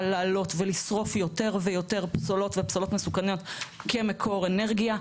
לעלות ולשרוף יותר ויותר פסולות ופסולות מסוכנות כמקור אנרגיה,